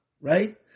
right